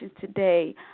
today